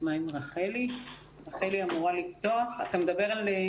כלמידה מרחוק ויש כאן שינוי דרמטי,